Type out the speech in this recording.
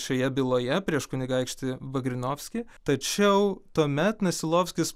šioje byloje prieš kunigaikštį vagrinovskį tačiau tuomet nasilovskis